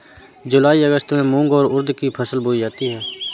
जूलाई अगस्त में मूंग और उर्द की फसल बोई जाती है